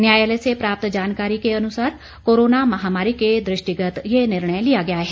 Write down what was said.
न्यायालय से प्राप्त जानकारी के अनुसार कोरोना महामारी के दृष्टिगत ये निर्णय लिया गया है